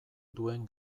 duen